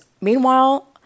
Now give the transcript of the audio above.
Meanwhile